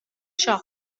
siop